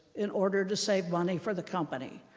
in order to save money for the company.